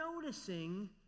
noticing